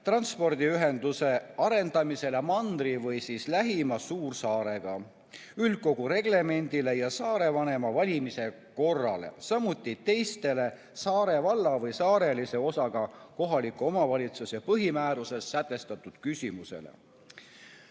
transpordiühenduse arendamisele mandri või lähima suursaarega, üldkogu reglemendile ja saarevanema valimise korrale, samuti teistele saarvalla või saarelise osaga kohaliku omavalitsuse põhimääruses sätestatud küsimustele.